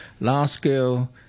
large-scale